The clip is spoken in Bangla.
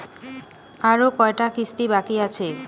আরো কয়টা কিস্তি বাকি আছে?